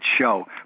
show